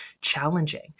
challenging